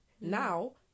Now